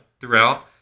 throughout